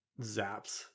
zaps